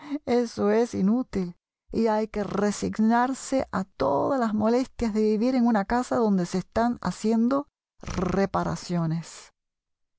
pero es inútil y hay que resignarse a todas las molestias de vivir en una casa donde se están haciendo reparaciones